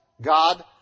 god